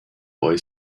boy